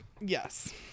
yes